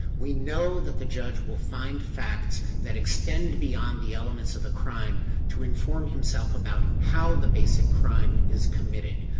we know that the judge will find facts that extend beyond the elements of the crime to inform himself about how the basic crime is committed.